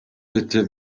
bitte